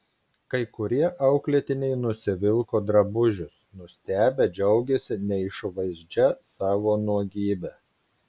kai kurie auklėtiniai nusivilko drabužius nustebę džiaugėsi neišvaizdžia savo nuogybe